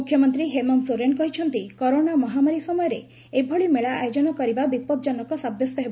ମୁଖ୍ୟମନ୍ତ୍ରୀ ହେମନ୍ତ ସୋରେନ୍ କହିଛନ୍ତି କରୋନା ମହାମାରୀ ସମୟରେ ଏଭଳି ମେଳା ଆୟୋଜନ କରିବା ବିପଦଜ୍ଞନକ ସାବ୍ୟସ୍ତ ହେବ